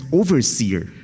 overseer